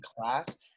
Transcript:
class